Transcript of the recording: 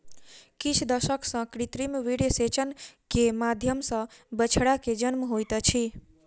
किछ दशक सॅ कृत्रिम वीर्यसेचन के माध्यम सॅ बछड़ा के जन्म होइत अछि